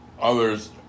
others